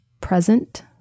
present